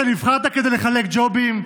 אתה נבחרת כדי לחלק ג'ובים,